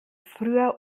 früher